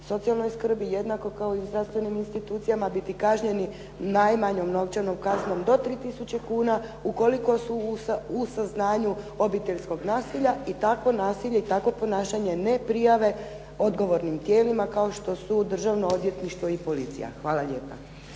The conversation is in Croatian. socijalnoj skrbi jednako kao i u zdravstvenim institucijama biti kažnjeni najmanjom novčanom kaznom do 3 tisuće kuna ukoliko su u saznanju obiteljskog nasilja i takvo nasilje i takvo ponašanje ne prijave odgovornim tijelima kao što su Državno odvjetništvo i policija. Hvala lijepa.